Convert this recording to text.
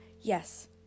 Yes